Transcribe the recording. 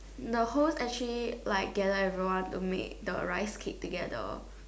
the whole host actually gather everyone to make the rice cake together